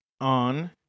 on